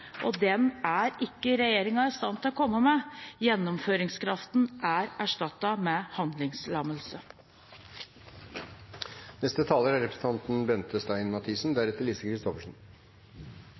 og den er ikke regjeringen i stand til å komme med. Gjennomføringskraften er erstattet med handlingslammelse.